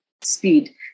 speed